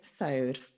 episode